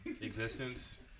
existence